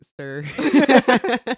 sir